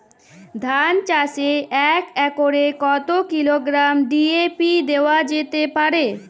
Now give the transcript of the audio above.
ধান চাষে এক একরে কত কিলোগ্রাম ডি.এ.পি দেওয়া যেতে পারে?